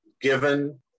given